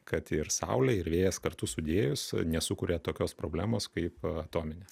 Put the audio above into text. kad ir saulė ir vėjas kartu sudėjus nesukuria tokios problemos kaip atominė